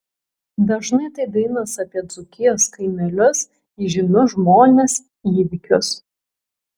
dažnai tai dainos apie dzūkijos kaimelius įžymius žmones įvykius